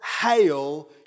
hail